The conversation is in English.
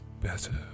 better